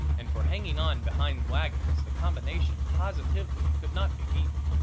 and for hanging on behind wagons the combination positively could not be beaten.